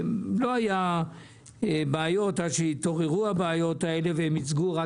לא היו בעיות עד שהתעוררו בעיות וייצגו רק